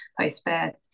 post-birth